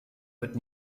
wird